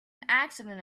accident